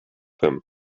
him